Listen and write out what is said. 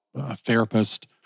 therapist